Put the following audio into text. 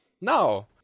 No